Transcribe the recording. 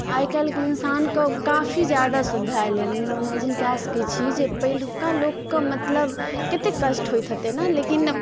आइ काल्हिके इंसानके काफी जादा सुविधा अयलै इमैजिन कए सकै छी जे पहिलुका लोकके मतलब कते कष्ट होयत हेतै ने लेकिन